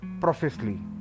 profusely